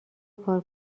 کار